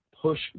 push